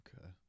Okay